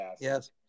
Yes